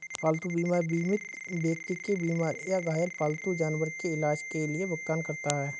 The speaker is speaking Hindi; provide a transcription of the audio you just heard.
पालतू बीमा बीमित व्यक्ति के बीमार या घायल पालतू जानवर के इलाज के लिए भुगतान करता है